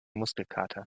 muskelkater